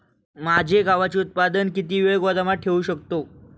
माझे गव्हाचे उत्पादन किती वेळ गोदामात ठेवू शकतो?